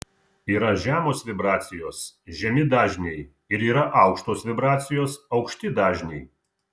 yra žemos vibracijos žemi dažniai ir yra aukštos vibracijos aukšti dažniai